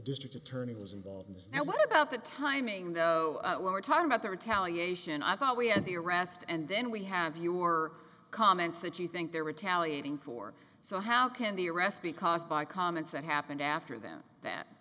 district attorney was involved in this and what about the timing though when we're talking about the retaliation i thought we had the arrest and then we have your comments that you think there retaliating for so how can the arrest be caused by comments that happened after then that